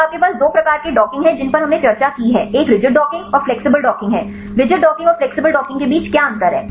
तो आपके पास दो प्रकार के डॉकिंग हैं जिन पर हमने चर्चा की है एक रिजिड डॉकिंग और फ्लेक्सिबल डॉकिंग है रिजिड डॉकिंग और फ्लेक्सिबल डॉकिंग के बीच क्या अंतर है